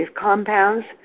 compounds